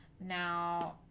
Now